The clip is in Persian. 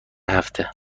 هفته